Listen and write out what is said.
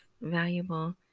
valuable